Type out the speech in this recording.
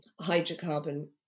hydrocarbon